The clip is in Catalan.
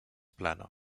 plana